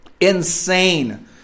insane